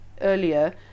earlier